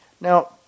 Now